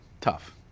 Tough